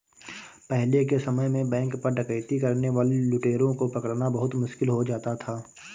पहले के समय में बैंक पर डकैती करने वाले लुटेरों को पकड़ना बहुत मुश्किल हो जाता था